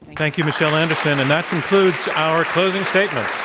thank you, michelle anderson. and that concludes our closing statements.